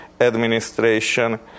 administration